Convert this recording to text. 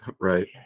Right